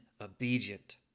obedient